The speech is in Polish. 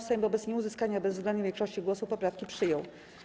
Sejm wobec nieuzyskania bezwzględnej większości głosów poprawki przyjął.